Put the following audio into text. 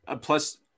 plus